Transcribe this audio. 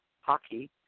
hockey